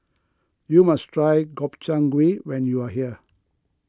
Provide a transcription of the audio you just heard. you must try Gobchang Gui when you are here